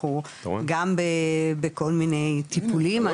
אנחנו גם בכל מיני טיפולים,